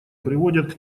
приводят